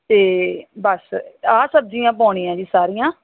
ਅਤੇ ਬਸ ਆਹ ਸਬਜ਼ੀਆਂ ਪਾਉਣੀਆਂ ਜੀ ਸਾਰੀਆਂ